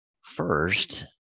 First